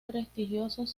prestigiosos